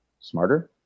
smarter